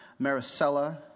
Maricela